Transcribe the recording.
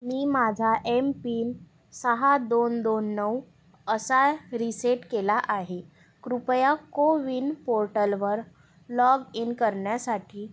मी माझा M PIN सहा दोन दोन नऊ असा रिसेट केला आहे कृपया कोविन पोर्टलवर लॉग इन करण्यासाठी